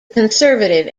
conservative